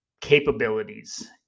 capabilities